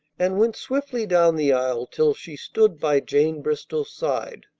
and went swiftly down the aisle till she stood by jane bristol's side.